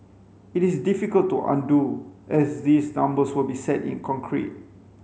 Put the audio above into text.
it is difficult to undo as these numbers will be set in concrete